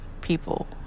people